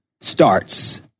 starts